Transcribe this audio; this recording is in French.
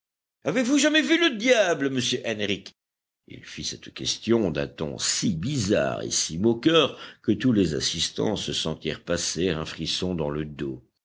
avez-vous jamais vu le diable monsieur henrich il fit cette question d'un ton si bizarre et si moqueur que tous les assistants se sentirent passer un frisson dans le dos